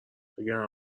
وگرنه